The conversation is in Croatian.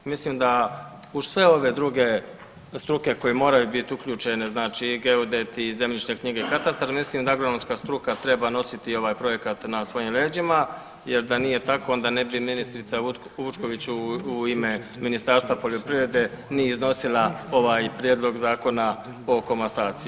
Mislim da uz sve ove druge struke koje moraju biti uključene, znači i geodeti i zemljišne knjige i katastar mislim da agronomska struka treba nositi i ovaj projekat na svojim leđima, jer da nije tako onda ne bi ministrica Vučković u ime Ministarstva poljoprivrede ni iznosila ovaj Prijedlog zakona o komasaciji.